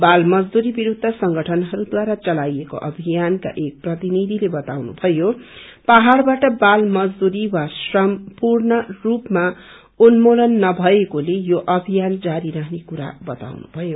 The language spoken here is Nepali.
बाल मजदुरी विरूद्ध संगठनहरूद्वारा चलाईएको अभियानका एक प्रतिनिथिले बतानु ीायो पहाइबाट बाल मजदुरी वा श्रम पूर्ण रूपामा उन्मूलन हुँदैन यो अभियान जारी रहने कुरा उहाँले बताउनुभयो